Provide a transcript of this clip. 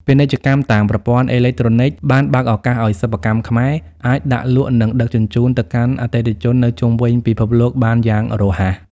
ពាណិជ្ជកម្មតាមប្រព័ន្ធអេឡិចត្រូនិកបានបើកឱកាសឱ្យសិប្បកម្មខ្មែរ អាចដាក់លក់ និងដឹកជញ្ជូនទៅកាន់អតិថិជននៅជុំវិញពិភពលោកបានយ៉ាងរហ័ស។